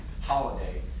holiday